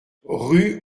rue